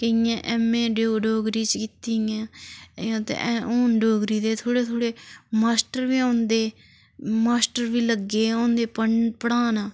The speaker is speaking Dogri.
केइयें एम ए डग डोगरी च कीती इयां ते ऐ हून डोगरी दे थोह्ड़े थोह्ड़े मास्टर बी औंदे मास्टर बी लग्गे होंदे पढ़न पढ़ान